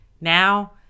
Now